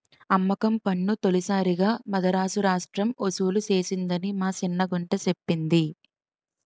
అమ్మకం పన్ను తొలిసారిగా మదరాసు రాష్ట్రం ఒసూలు సేసిందని మా సిన్న గుంట సెప్పింది